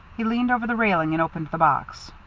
he leaned over the railing and opened the box.